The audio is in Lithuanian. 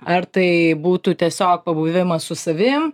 ar tai būtų tiesiog pabuvimas su savim